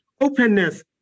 openness